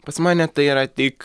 pas mane tai yra tik